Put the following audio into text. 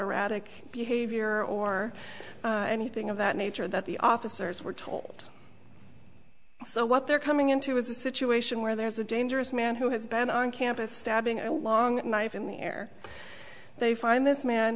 erratic behavior or anything of that nature that the officers were told so what they're coming into is a situation where there's a dangerous man who has been on campus stabbing a long knife in the air they find this man